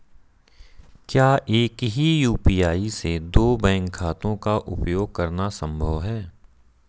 क्या एक ही यू.पी.आई से दो बैंक खातों का उपयोग करना संभव है?